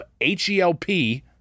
H-E-L-P